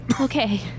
Okay